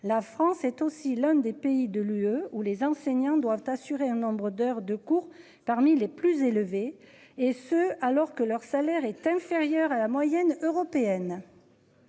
La France est aussi l'un des pays de l'UE où les enseignants doivent assurer un nombre d'heures de cours. Parmi les plus élevés. Et ce alors que leur salaire est inférieur à la moyenne européenne.